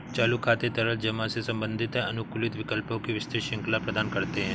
चालू खाते तरल जमा से संबंधित हैं, अनुकूलित विकल्पों की विस्तृत श्रृंखला प्रदान करते हैं